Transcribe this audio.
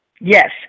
Yes